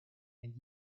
and